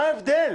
מה ההבדל?